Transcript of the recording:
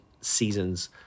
seasons